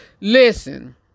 Listen